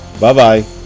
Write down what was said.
Bye-bye